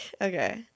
Okay